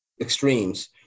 extremes